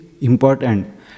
important